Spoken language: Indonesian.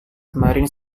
kemarin